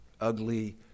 ugly